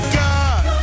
god